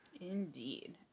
Indeed